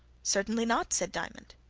certainly not, said diamond.